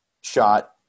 shot